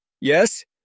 Yes